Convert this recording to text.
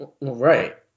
Right